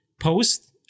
post